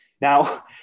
Now